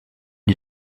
die